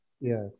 Yes